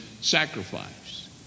sacrifice